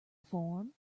form